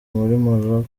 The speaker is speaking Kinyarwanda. maroc